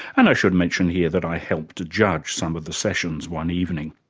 and i should mention here that i helped judge some of the sessions one evening.